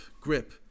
grip